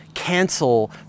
cancel